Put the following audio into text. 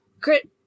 Crit